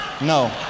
No